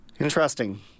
Interesting